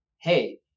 hey